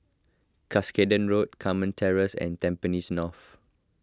Cuscaden Road Carmen Terrace and Tampines North